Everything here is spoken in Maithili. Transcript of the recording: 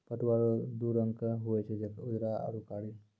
पटुआ रो दू रंग हुवे छै उजरा आरू कारी